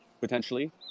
potentially